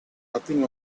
nothing